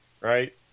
right